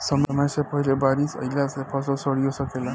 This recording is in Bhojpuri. समय से पहिले बारिस अइला से फसल सडिओ सकेला